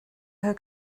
her